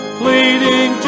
pleading